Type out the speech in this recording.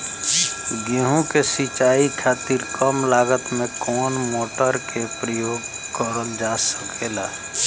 गेहूँ के सिचाई खातीर कम लागत मे कवन मोटर के प्रयोग करल जा सकेला?